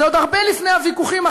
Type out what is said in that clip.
זה עוד הרבה לפני הוויכוחים,